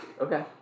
Okay